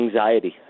anxiety